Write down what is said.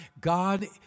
God